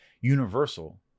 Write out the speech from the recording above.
Universal